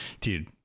Dude